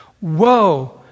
Woe